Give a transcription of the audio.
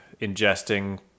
ingesting